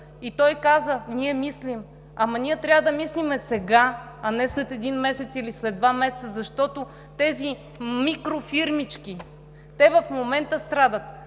и той каза: „Ние мислим.“ Ама ние трябва да мислим сега, а не след един месец или след два месеца, защото тези микрофирмички в момента страдат.